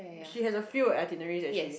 she has a few itineraries actually